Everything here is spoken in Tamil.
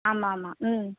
ஆமாம் ஆமாம் ம்